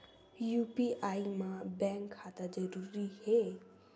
UPI मा bank खाता जरूरी हे?